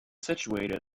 situated